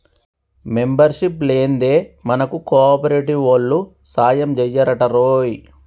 membership లేందే మనకు కోఆపరేటివోల్లు సాయంజెయ్యరటరోయ్